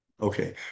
Okay